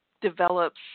develops